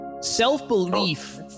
Self-belief